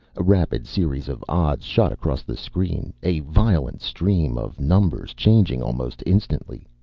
a rapid series of odds shot across the screen, a violent stream of numbers, changing almost instantly.